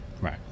Right